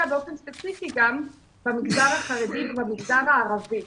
באופן ספציפי גם במגזר החרדי ובמגזר הערבי